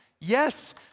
Yes